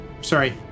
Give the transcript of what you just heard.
sorry